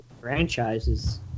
franchises